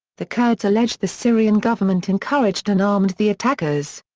the kurds allege the syrian government encouraged and armed the attackers.